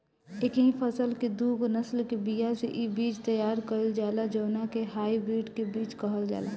एकही फसल के दूगो नसल के बिया से इ बीज तैयार कईल जाला जवना के हाई ब्रीड के बीज कहल जाला